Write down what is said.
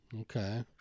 Okay